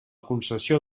concessió